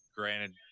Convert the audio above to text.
Granted